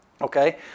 okay